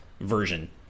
version